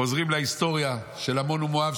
חוזרים להיסטוריה של עמון ומואב,